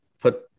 put